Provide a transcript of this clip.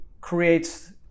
creates